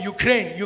Ukraine